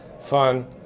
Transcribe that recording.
fun